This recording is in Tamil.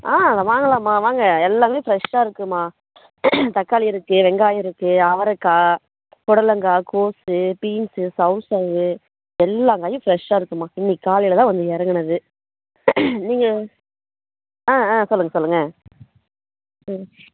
ஆ வாங்கலாம் அம்மா வாங்க எல்லாமே ஃப்ரெஷ்ஷாக இருக்கு அம்மா தக்காளி இருக்கு வெங்காயம் இருக்கு அவரக்காய் பொடலங்காய் கோஸு பீன்ஸு சௌ சௌவ்வு எல்லா காயும் ஃப்ரெஷ்ஷாக இருக்கு அம்மா இன்னக்கு காலையில் தான் வந்து இறங்குனது நீங்கள் ஆ ஆ சொல்லுங்கள் சொல்லுங்கள் ஆ ம்